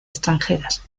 extranjeras